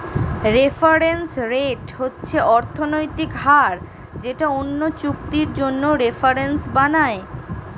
reference rate হচ্ছে অর্থনৈতিক হার যেটা অন্য চুক্তির জন্য রেফারেন্স বানায়